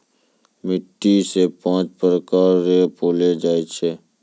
मिट्टी रो पाँच प्रकार रो पैलो जाय छै